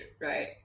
right